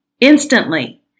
Instantly